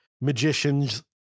magician's